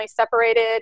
separated